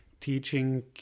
teaching